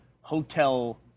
hotel